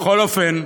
בכל אופן,